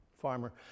farmer